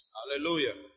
Hallelujah